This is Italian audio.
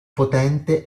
potente